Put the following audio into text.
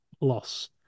loss